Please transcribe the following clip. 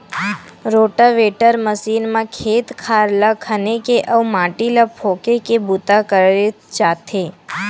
rotavator machine म खेत खार ल खने के अउ माटी ल फोरे के बूता करे जाथे